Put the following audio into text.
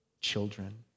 children